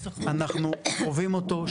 אנחנו חווים אותו,